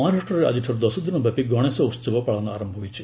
ମହାରାଷ୍ଟ୍ରରେ ଆଜିଠାରୁ ଦଶଦିନ ବ୍ୟାପି ଗଣେଶ ଉତ୍ସବ ପାଳନ ଆରମ୍ଭ ହୋଇଛି